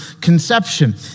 conception